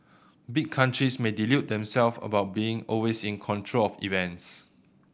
big countries may delude themselves about being always in control of events